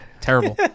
terrible